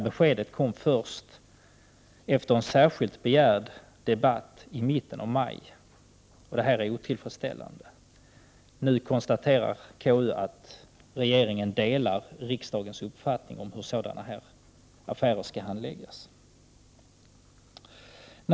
Besked härom kom först efter en särskilt begärd debatt i mitten av maj, och det är otillfredsställande. Nu konstaterar konstitutionsutskottet att regeringen delar riksdagens uppfattning om hur sådana här affärer skall handläggas.